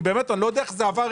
באמת, אני לא יודע איך זה עבר.